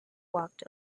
walked